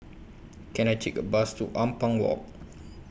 Can I Take A Bus to Ampang Walk